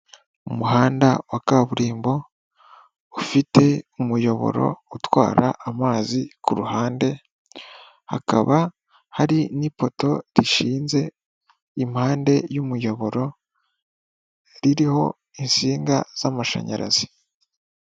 Umuhanda wa kaburimbo, ufite umuyoboro utwara amazi ku ruhande, hakaba hari n'ipoto rishinze impande y'umuyoboro, ririho insinga z'amashanyarazi.